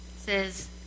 says